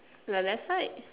the left side